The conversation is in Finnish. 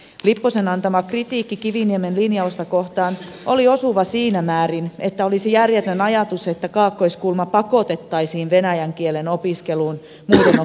lipposen antama kritiikki kiviniemen linjausta kohtaan oli osuva siinä määrin että olisi järjetön ajatus että kaakkoiskulma pakotettaisiin venäjän kielen opiskeluun muiden opiskellessa ruotsia